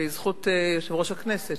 בזכות יושב-ראש הכנסת